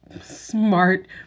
smart